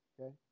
Okay